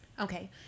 Okay